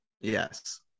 Yes